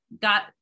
got